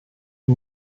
you